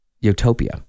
Utopia